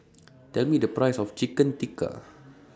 Tell Me The Price of Chicken Tikka